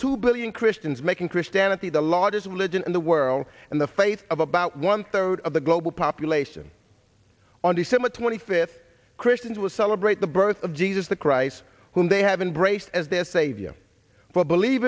two billion christians making christianity the largest religion in the world and the fate of about one third of the global population on december twenty fifth christians will celebrate the birth of jesus the christ whom they have been braced as their savior for believe